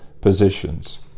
positions